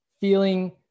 Feeling